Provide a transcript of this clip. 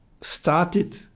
started